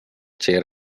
சேர